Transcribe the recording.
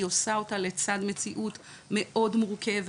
היא עושה אותה לצד מציאות מאוד מורכבת,